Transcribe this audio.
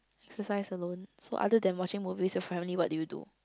exercise alone so other than watching movies your family what do you do